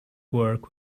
work